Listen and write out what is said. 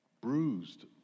bruised